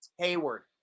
Hayward